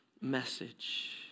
message